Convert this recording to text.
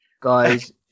guys